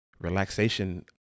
relaxation